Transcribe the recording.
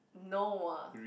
no